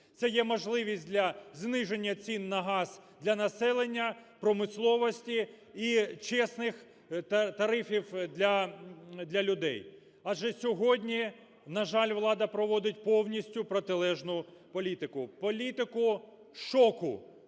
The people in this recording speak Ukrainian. Це є можливість для зниження цін на газ для населення, промисловості і чесних тарифів для людей. Адже сьогодні, на жаль, влада проводить повністю протилежну політику – політику шоку,